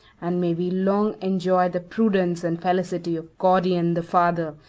and may we long enjoy the prudence and felicity of gordian the father,